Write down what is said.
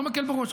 לא מקל בו ראש.